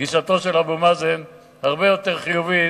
גישתו של אבו מאזן הרבה יותר חיובית